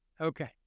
Okay